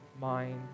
mind